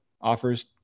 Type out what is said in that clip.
offers